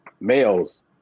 males